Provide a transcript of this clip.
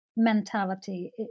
Mentality